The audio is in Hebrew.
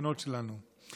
השכנות שלנו.